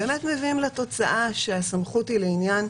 באמת מביאים לתוצאה שהסמכות היא לעניין